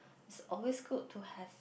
is always good to have